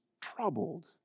troubled